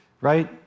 Right